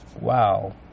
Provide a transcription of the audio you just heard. wow